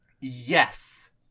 Yes